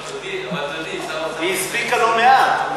אבל תודי ששר הפנים, היא הספיקה לא מעט.